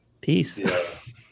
Peace